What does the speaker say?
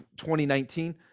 2019